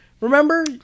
Remember